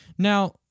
Now